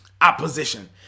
opposition